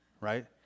right